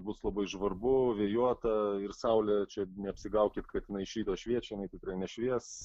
bus labai žvarbu vėjuota ir saulė čia neapsigaukit kad jinai iš ryto šviečia jinai tikrai nešvies